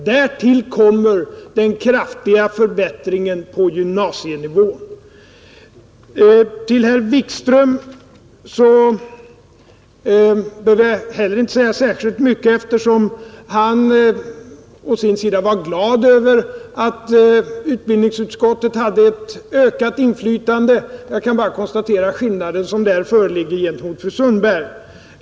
Därtill kommer den kraftiga förbättringen på gymnasienivå. Till herr Wikström behöver jag inte heller säga särskilt mycket, eftersom han å sin sida var glad över att utbildningsutskottet hade ett ökat inflytande. Jag kan bara konstatera den skillnad som på den punkten föreligger mellan honom och fru Sundberg.